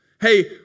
Hey